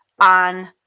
on